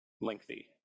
lengthy